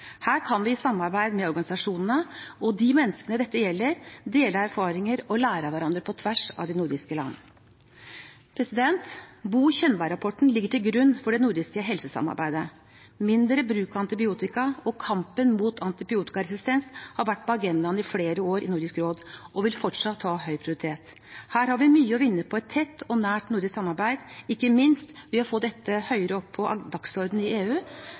Her kan vi i samarbeid med organisasjonene og de menneskene dette gjelder, dele erfaringer og lære av hverandre på tvers av de nordiske land. Bo Könberg-rapporten ligger til grunn for det nordiske helsesamarbeidet. Mindre bruk av antibiotika og kampen mot antibiotikaresistens har vært på agendaen i flere år i Nordisk råd og vil fortsatt ha høy prioritet. Her har vi mye å vinne på et tett og nært nordisk samarbeid, ikke minst ved å få dette høyere opp på dagsordenen i EU